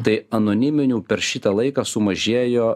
tai anoniminių per šitą laiką sumažėjo